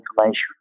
information